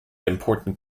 important